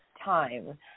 time